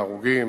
ההרוגים,